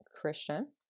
Christian